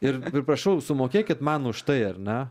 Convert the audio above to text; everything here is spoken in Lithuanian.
ir prašau sumokėkit man už tai ar ne